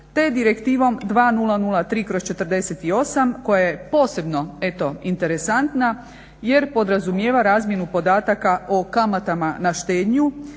te Direktivom 2003/48 koja je posebno interesantna jer podrazumijeva razmjenu podataka o kamatama na štednju